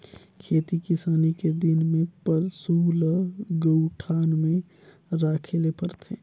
खेती किसानी के दिन में पसू ल गऊठान में राखे ले परथे